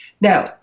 Now